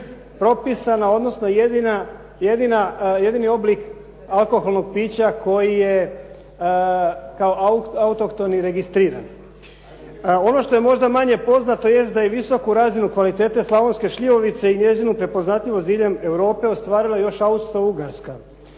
propisana, odnosno jedina, jedini oblik alkoholnog pića koji je kao autohtoni registriran. Ono što je možda manje poznato jest da je visoku razinu kvalitete slavonske šljivovice i njezinu prepoznatljivost diljem Europe ostvarila još Austro-ugarska